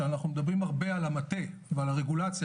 שאנחנו מדברים הרבה על המטה ועל הרגולציה